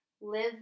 live